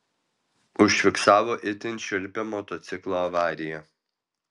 užfiksavo itin šiurpią motociklo avariją